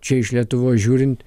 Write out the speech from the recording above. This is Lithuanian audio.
čia iš lietuvos žiūrint